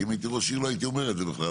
כי אם הייתי ראש עיר לא הייתי אומר את זה בכלל,